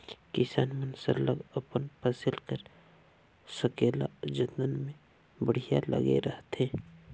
किसान मन सरलग अपन फसिल कर संकेला जतन में बड़िहा लगे रहथें